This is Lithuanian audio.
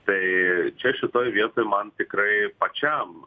tai čia šitoj vietoj man tikrai pačiam